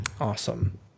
Awesome